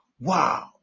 wow